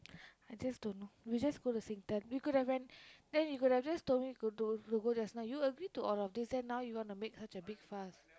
I just don't know we just go to Singtel we could have went then you could have just told me could do to go just now you agree to all of these then now you wanna make such a big fuss